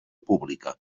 pública